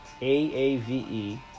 Aave